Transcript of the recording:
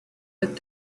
with